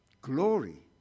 Glory